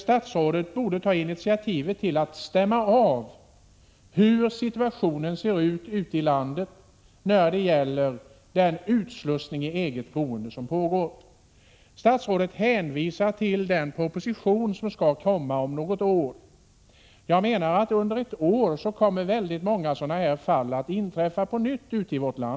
Statsrådet borde ta initiativ till att stämma av hur situationen är ute i landet när det gäller den utslussning till eget boende som pågår. Statsrådet hänvisar till den proposition som skall komma om något år. Jag menar att det under ett år kan inträffa många sådana här fall på nytt.